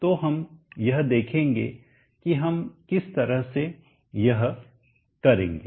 तो हम हम देखेंगे कि हम किस तरह से यह करेंगे